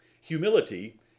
Humility